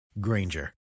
Granger